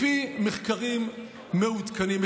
לפי מחקרים מעודכנים,